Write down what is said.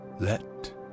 let